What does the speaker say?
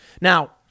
Now